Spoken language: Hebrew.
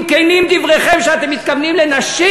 אם כנים דבריכם שאתם מתכוונים לנשים,